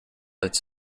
its